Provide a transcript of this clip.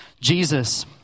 Jesus